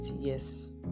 yes